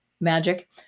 magic